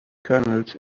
kernels